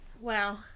Wow